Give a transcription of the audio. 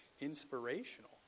inspirational